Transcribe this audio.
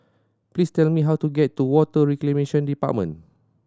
please tell me how to get to Water Reclamation Department